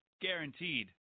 Guaranteed